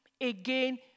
again